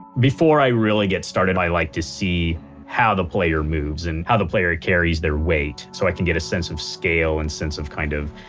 before i really get started i like to see how the player moves and how the player carries their weight so i can get a sense of scale and sense of kind of,